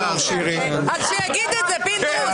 אז שיגיד את זה, פינדרוס.